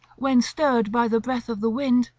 when stirred by the breath of the wind,